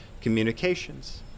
communications